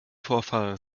vorfall